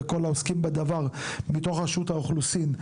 ואת כל העוסקים בדבר מתוך רשות האוכלוסין,